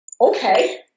Okay